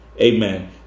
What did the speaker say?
Amen